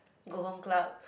go home club